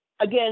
Again